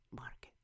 market